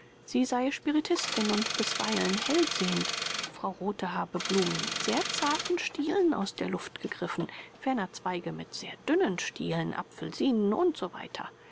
sie sei spiritistin und bisweilen hellsehend frau rothe habe blumen mit sehr zarten stielen aus der luft gegriffen ferner zweige mit sehr dünnen stielen apfelsinen und so